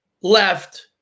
left